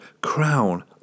crown